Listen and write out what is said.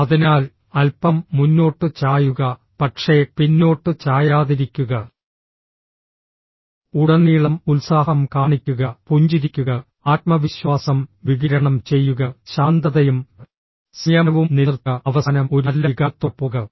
അതിനാൽ അല്പം മുന്നോട്ട് ചായുക പക്ഷേ പിന്നോട്ട് ചായാതിരിക്കുക ഉടനീളം ഉത്സാഹം കാണിക്കുക പുഞ്ചിരിക്കുക ആത്മവിശ്വാസം വികിരണം ചെയ്യുക ശാന്തതയും സംയമനവും നിലനിർത്തുക അവസാനം ഒരു നല്ല വികാരത്തോടെ പോകുക